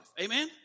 Amen